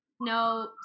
no